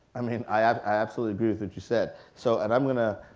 i mean i absolutely agree with what you said, so and i'm gonna,